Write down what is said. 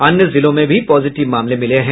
अन्य जिलों में भी पॉजिटिव मामले मिले हैं